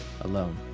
alone